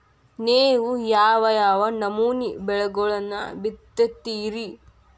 ನೇವು ಯಾವ್ ಯಾವ್ ನಮೂನಿ ಬೆಳಿಗೊಳನ್ನ ಬಿತ್ತತಿರಿ?